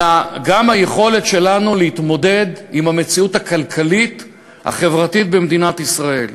אלא גם היכולת שלנו להתמודד עם המציאות הכלכלית החברתית במדינת ישראל.